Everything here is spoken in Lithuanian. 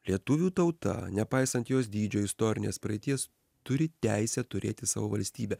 lietuvių tauta nepaisant jos dydžio istorinės praeities turi teisę turėti savo valstybę